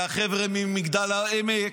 והחבר'ה ממגדל העמק,